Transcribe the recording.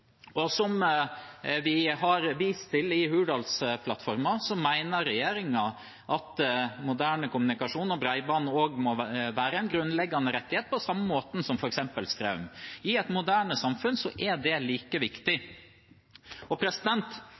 faktor. Som vi har vist til i Hurdalsplattformen, mener regjeringen at moderne kommunikasjon og bredbånd også må være en grunnleggende rettighet, på samme måte som f.eks. strøm. I et moderne samfunn er det like viktig.